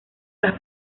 las